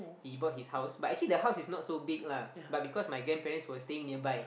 he bought his house but actually the house is not so big lah but because my grandparents were staying nearby